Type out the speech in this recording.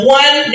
one